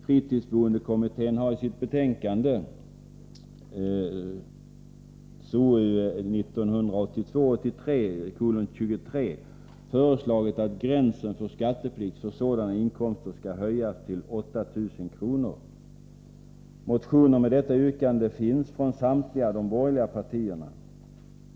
Fritidsboendekommittén har i sitt betänkande, SOU 1982/83:23, föreslagit att gränsen för skatteplikt för sådana inkomster skall höjas till 8 000 kr. Motioner med detta yrkande finns från samtliga de borgerliga partierna.